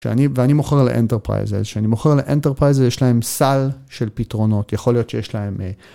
ואני מוכר ל-Enterprises, שאני מוכר ל-Enterprises, יש להם סל של פתרונות, יכול להיות שיש להם...